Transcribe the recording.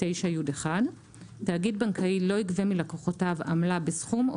9י1 תאגיד בנקאי לא יגבה מלקוחותיו עמלה בסכום או